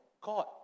God